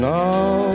now